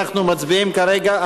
אנחנו מצביעים כרגע,